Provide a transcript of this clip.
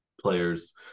players